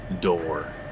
door